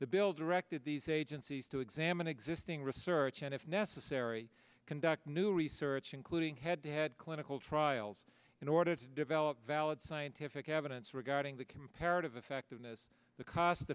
the bill directed these agencies to examine existing research and if necessary conduct new research including head to head clinical trials in order to develop valid scientific evidence regarding the comparative effectiveness the cost